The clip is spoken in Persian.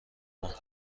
ماند